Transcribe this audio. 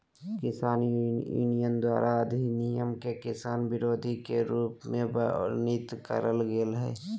किसान यूनियन द्वारा अधिनियम के किसान विरोधी के रूप में वर्णित करल गेल हई